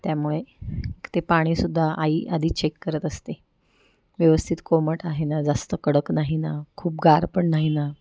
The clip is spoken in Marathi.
त्यामुळे ते पाणीसुद्धा आई आधी चेक करत असते व्यवस्थित कोमट आहे ना जास्त कडक नाही ना खूप गार पण नाही ना